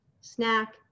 snack